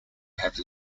have